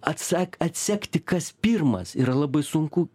atsek atsekti kas pirmas yra labai sunku